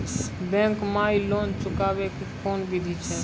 Bank माई loan चुकाबे के कोन बिधि छै?